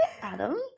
Adam